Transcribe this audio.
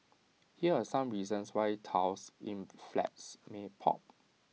here are some reasons why tiles in flats may pop